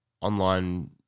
online